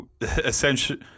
essentially